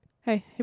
Hey